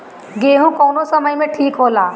गेहू कौना समय मे ठिक होला?